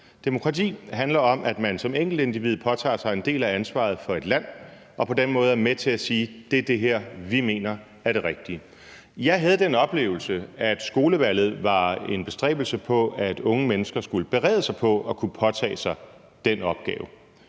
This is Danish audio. Demokrati handler om, at man som enkeltindivid påtager sig en del af ansvaret for et land og på den måde er med til at sige: Det er det her, vi mener er det rigtige. Jeg havde den oplevelse, at skolevalget var en bestræbelse på, at unge mennesker skulle berede sig på at kunne påtage sig den opgave.